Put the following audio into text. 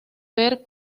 ver